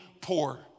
poor